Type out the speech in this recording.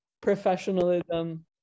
professionalism